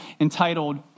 entitled